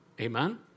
Amen